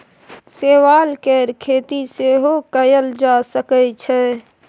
शैवाल केर खेती सेहो कएल जा सकै छै